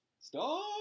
Stop